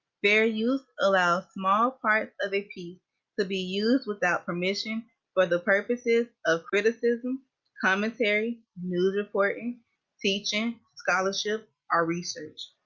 fair use allows small parts of a piece to be used without permission for the purposes of criticism commentary news reporting teaching scholarship or research.